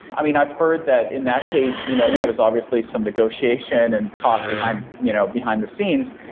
i mean, i've heard that in that case, you know there was obviously some negotiation and talk behind you know behind the scenes,